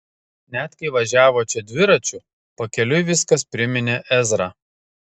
net kai važiavo čia dviračiu pakeliui viskas priminė ezrą